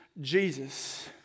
Jesus